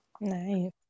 Nice